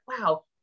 wow